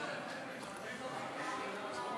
זאת הייתה המלחמה האחרונה.